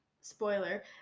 spoiler